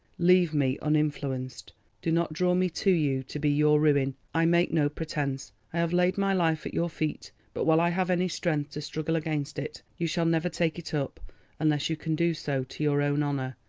leave me uninfluenced do not draw me to you to be your ruin. i make no pretence, i have laid my life at your feet, but while i have any strength to struggle against it, you shall never take it up unless you can do so to your own honour,